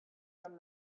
from